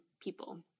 people